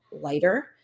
lighter